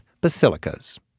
basilicas